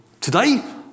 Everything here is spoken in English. today